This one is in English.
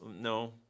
no